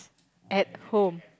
at home